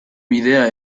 bidea